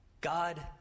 God